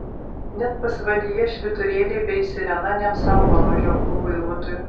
net pasvalyje švyturėliai bei sirena neapsaugo nuo žioplų vairuotojų